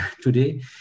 today